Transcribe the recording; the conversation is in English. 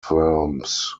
firms